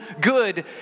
good